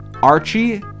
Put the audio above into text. Archie